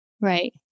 Right